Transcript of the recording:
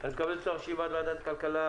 מתכבד לפתוח את ישיבת ועדת הכלכלה